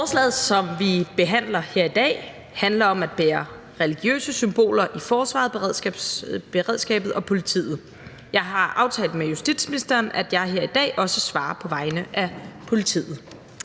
Forslaget, som vi behandler her i dag, handler om at bære religiøse symboler i forsvaret, beredskabet og politiet. Jeg har aftalt med justitsministeren, at jeg her i dag også svarer på vegne af politiet.